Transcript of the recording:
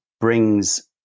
brings